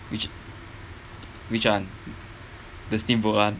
which which one the steamboat [one]